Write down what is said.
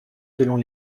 selon